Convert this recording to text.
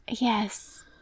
Yes